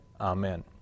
amen